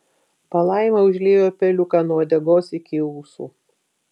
palaima užliejo peliuką nuo uodegos iki ūsų